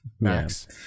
Max